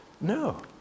no